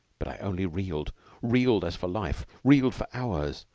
but i only reeled reeled as for life reeled for hours,